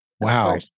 Wow